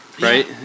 right